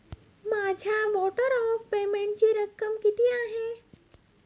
माझ्या warrant of पेमेंटची रक्कम किती आहे?